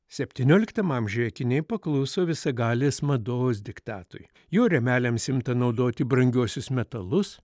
septynioliktam amžiuje akiniai pakluso visagalės mados diktatui jo rėmeliams imta naudoti brangiuosius metalus